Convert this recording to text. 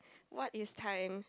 what is time